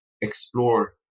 explore